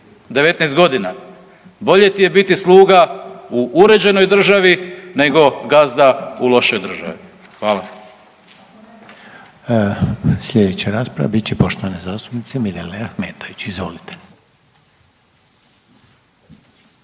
19 godina, bolje ti je biti sluga u uređenoj državi nego gazda u lošoj državi. Hvala.